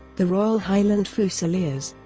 the royal highland fusiliers.